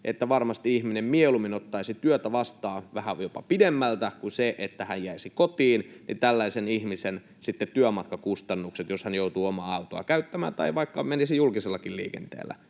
että ihminen mieluummin ottaisi työtä vastaan vähän jopa pitemmältä kuin että hän jäisi kotiin, tällaisen ihmisen työmatkakustannukset sitten kasvavat, jos hän joutuu omaa autoa käyttämään — tai vaikka menisi julkisellakin liikenteellä